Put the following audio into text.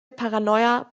paranoia